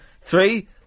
Three